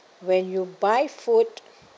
when you buy food